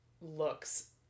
looks